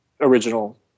original